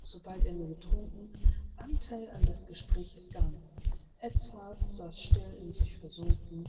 sobald er nur getrunken antheil an des gespräches gang edzard saß still in sich versunken